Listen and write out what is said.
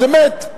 זה מת.